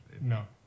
No